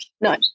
No